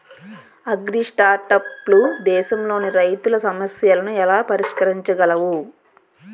అగ్రిస్టార్టప్లు దేశంలోని రైతుల సమస్యలను ఎలా పరిష్కరించగలవు?